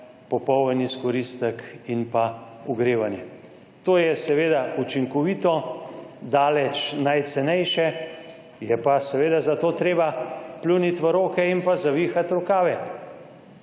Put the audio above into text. popoln izkoristek in ogrevanje. To je seveda učinkovito in daleč najcenejše. Je pa seveda za to treba pljuniti v roke in zavihati rokave.